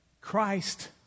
Christ